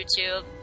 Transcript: YouTube